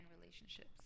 relationships